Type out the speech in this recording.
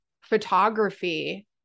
photography